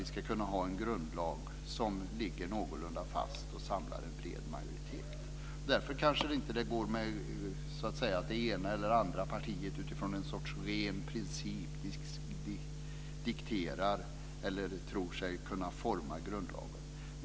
Vi ska ha en grundlag som ligger någorlunda fast och samlar en bred majoritet. Därför går det kanske inte att det ena eller andra partiet utifrån en ren princip dikterar eller tror sig kunna forma grundlagen.